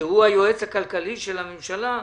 שהוא היועץ הכלכלי של הממשלה,